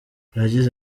yagize